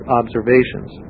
observations